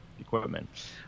equipment